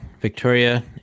Victoria